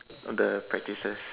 of the practices